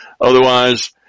Otherwise